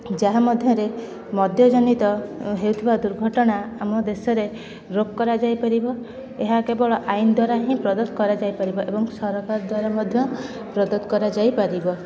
ଯାହା ମଧ୍ୟରେ ମଦ୍ୟ ଜନିତ ହେଉଥିବା ଦୁର୍ଘଟଣା ଆମ ଦେଶରେ ରୋକ କରାଯାଇପାରିବ ଏହା କେବଳ ଆଇନ ଦ୍ଵାରା ହିଁ ପ୍ରଦତ୍ତ କରାଯାଇପାରିବ ଏବଂ ସରକାର ଦ୍ଵାରା ମଧ୍ୟ ପ୍ରଦତ୍ତ କରାଯାଇପାରିବ